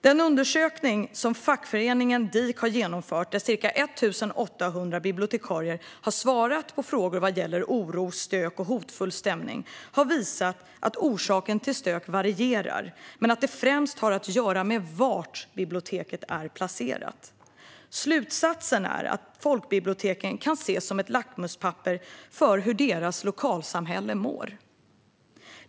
Den undersökning som fackföreningen DIK har genomfört, där ca 1 800 bibliotekarier har svarat på frågor vad gäller oro, stök och hotfull stämning, har visat att orsaken till stök varierar men att det främst har att göra med var biblioteket är placerat. Slutsatsen är att folkbiblioteken kan ses som ett lackmuspapper för hur deras lokalsamhälle mår.